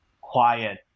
quiet